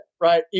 right